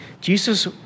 Jesus